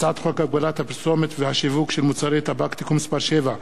הצעת חוק הגבלת הפרסומת והשיווק של מוצרי טבק (תיקון מס' 7),